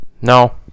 No